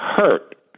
hurt